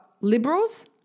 liberals